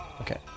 Okay